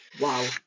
wow